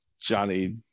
Johnny